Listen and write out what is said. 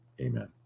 Amen